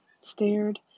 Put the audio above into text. stared